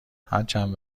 هرچند